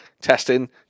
testing